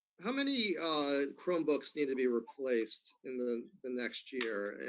how many chromebooks need to be replaced in the the next year,